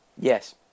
Yes